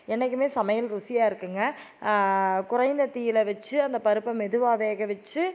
என்னைக்கிமே சமையல் ருசியாக இருங்கும்ங்க குறைந்த தீயில் வெச்சு அந்த பருப்பை மெதுவாக வேக வெச்சு